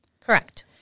Correct